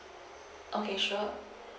okay sure